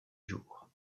jour